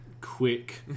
quick